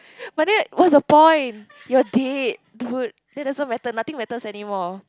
but then what's the point you're dead dude that doesn't matter nothing matters anymore